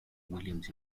williams